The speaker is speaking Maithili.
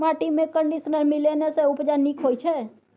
माटिमे कंडीशनर मिलेने सँ उपजा नीक होए छै